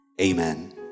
Amen